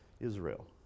Israel